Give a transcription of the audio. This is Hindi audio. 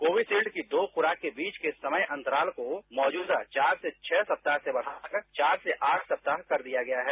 कोविशिल्ड की दो खुराक के बीच के समय अंतराल को मौजूदा चार से छरू सप्ताह से बढ़ाकर चार से आठ सप्ताह कर दिया गया है